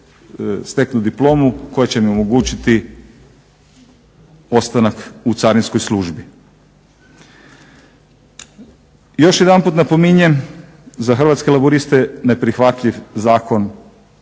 steknu diplomu koja će im omogućiti ostanak u Carinskoj službi. Još jedanput napominjem, za Hrvatske laburiste je neprihvatljiv zakon